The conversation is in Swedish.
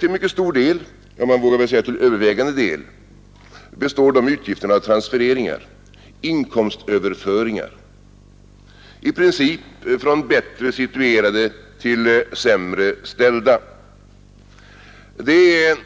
Till mycket stor del — man vågar väl säga till övervägande del — består de utgifterna av transfereringar, inkomstöverföringar, i princip från bättre situerade till sämre ställda. Detta är,